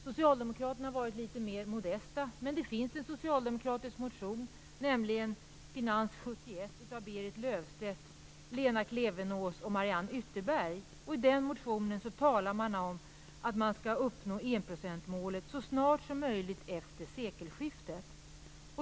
Socialdemokraterna har varit litet mer modesta. Men det finns en socialdemokratisk motion, nämligen Fi71 av Berit Löfstedt, Lena Klevenås och Mariann Ytterberg. I den motionen talar man om att uppnå enprocentsmålet så snart som möjligt efter sekelskiftet.